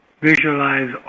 visualize